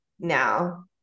now